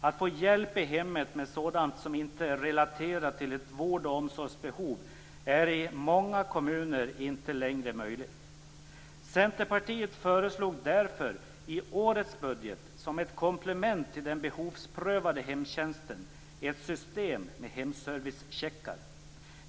Att få hjälp i hemmet med sådant som inte är relaterat till ett vård och omsorgsbehov är i många kommuner inte längre möjligt. Centerpartiet föreslog därför i årets budget, som ett komplement till den behovsprövade hemtjänsten, ett system med hemservicecheckar.